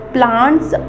Plants